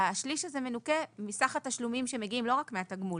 והשליש הזה מנוכה מסך התשלומים שמגיעים לא רק מהתגמול,